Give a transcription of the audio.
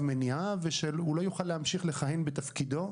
מניעה ושהוא לא יוכל להמשיך לכהן בתפקידו.